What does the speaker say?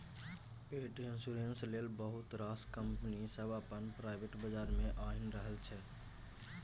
पेट इन्स्योरेन्स लेल बहुत रास कंपनी सब अपन प्रोडक्ट बजार मे आनि रहल छै